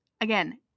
Again